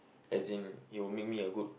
as in he will make me a good